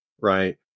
right